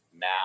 now